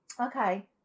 Okay